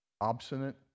obstinate